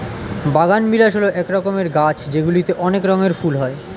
বাগানবিলাস হল এক রকমের গাছ যেগুলিতে অনেক রঙের ফুল হয়